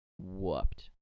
whooped